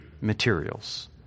materials